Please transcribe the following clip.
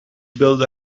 build